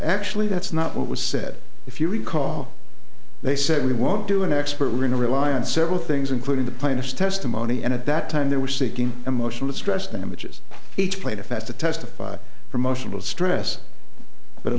actually that's not what was said if you recall they said we won't do an expert we're going to rely on several things including the plaintiff's testimony and at that time they were seeking emotional distress damages each plaintiff has to testify promotional stress but at